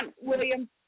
William